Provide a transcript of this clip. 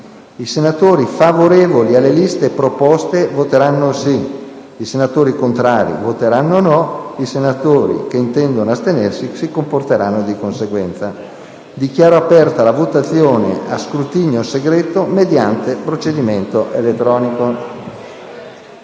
I senatori favorevoli alle liste proposte voteranno sì. I senatori contrari voteranno no. I senatori che intendono astenersi si comporteranno di conseguenza. Dichiaro aperta la votazione a scrutinio segreto, mediante procedimento elettronico.